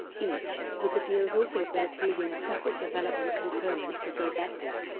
each, with the deals also including a separate development component for both actors.